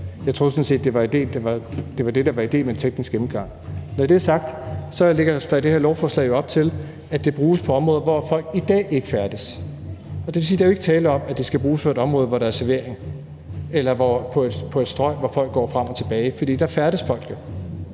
Jeg troede sådan set, det var det, der var idéen med en teknisk gennemgang. Når det er sagt, lægges der i det her lovforslag op til, at det bruges på områder, hvor folk ikke færdes i dag. Det vil sige, at der ikke er tale om, at det skal bruges på et område, hvor der er servering, eller på et strøg, hvor folk går frem og tilbage, for der færdes folk jo.